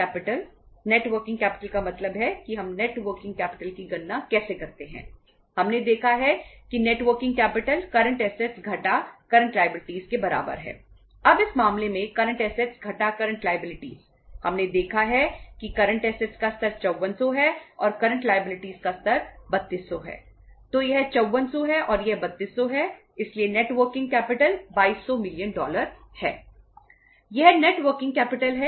company का लाभ 1140 million पर लाभ जो कि 1140 मिलियन डॉलर है